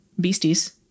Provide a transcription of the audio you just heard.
beasties